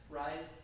right